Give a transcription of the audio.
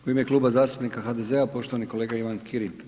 U ime Kluba zastupnika HDZ-a poštovani kolega Ivan Kirin.